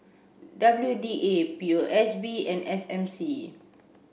W D A P O S B and S M C